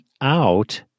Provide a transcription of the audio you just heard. out